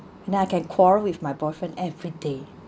now I can quarrel with my boyfriend everyday